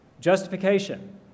Justification